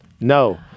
No